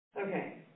okay